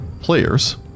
players